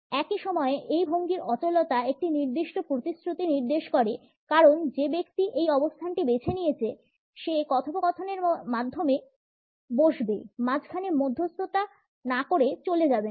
একই সময়ে এই ভঙ্গির অচলতা একটি নির্দিষ্ট প্রতিশ্রুতি নির্দেশ করে কারণ যে ব্যক্তি এই অবস্থানটি বেছে নিয়েছে সে কথোপকথনের মাধ্যমে বসবে মাঝখানে মধ্যস্ততা না করে চলে যাবে না